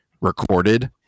recorded